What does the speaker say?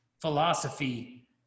philosophy